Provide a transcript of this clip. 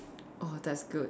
oh that's good